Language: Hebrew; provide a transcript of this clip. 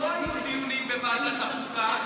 שלא היו דיונים בוועדת החוקה,